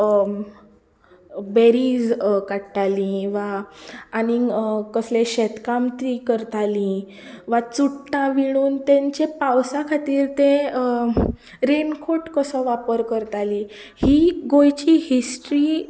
berries काडटालीं वा आनी कसले शेतकाम तीं करतालीं वा चुट्टां विणून तेंचे पावसा खातीर ते रॅनकोट कसो वापर करतालीं ही गोंयची हिस्ट्री